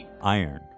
iron